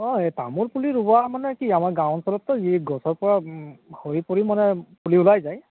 অ তামোল পুলি ৰুৱা মানে কি আমাৰ গাঁও অঞ্চলততো গছৰ পৰা সৰি পৰি মানে পুলি ওলাই যায়